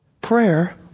prayer